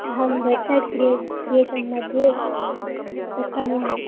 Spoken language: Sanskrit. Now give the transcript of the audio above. अहं वेब्सैट् क्रियेषन् मध्ये उत्तमं